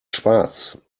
schwarz